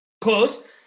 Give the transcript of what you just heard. Close